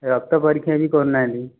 ରକ୍ତ ପରୀକ୍ଷା ବି କରୁନାହାନ୍ତି